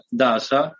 dasa